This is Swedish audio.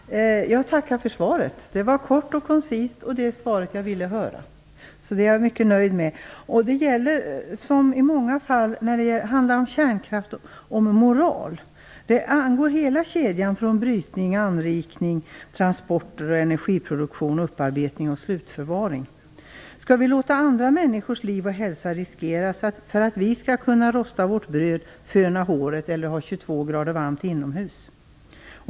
Fru talman! Jag tackar för svaret. Det var kort och konsist. Det var det svaret jag ville höra. Därför är jag mycket nöjd. Som i många fall när det gäller kärnkraft handlar det om moral. Det angår hela kedjan från brytning, anrikning, transporter, energiproduktion och upparbetning till slutförvaring. Skall vi låta andra människors liv och hälsa riskeras för att vi skall kunna rosta vårt bröd, föna håret eller ha 22 grader varmt inomhus?